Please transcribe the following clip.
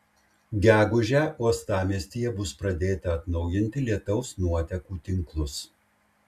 gegužę uostamiestyje bus pradėta atnaujinti lietaus nuotekų tinklus